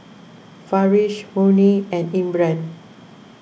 Farish Murni and Imran